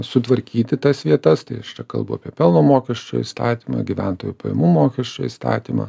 sutvarkyti tas vietas tai aš čia kalbu apie pelno mokesčio įstatymą gyventojų pajamų mokesčio įstatymą